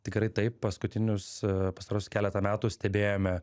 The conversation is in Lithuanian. tikrai taip paskutinius pastaruosius keletą metų stebėjome